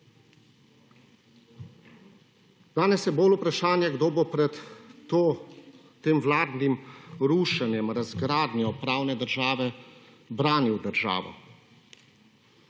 Danes je bolj vprašanje kdo bo pred tem vladnim rušenjem, razgradnjo pravne države branil državo.